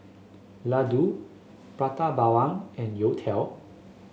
laddu Prata Bawang and youtiao